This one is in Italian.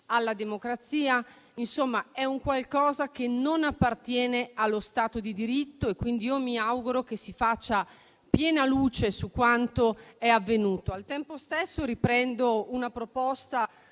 alla democrazia. È qualcosa che non appartiene allo Stato di diritto e quindi mi auguro che si faccia piena luce su quanto è avvenuto. Al tempo stesso, riprendo una proposta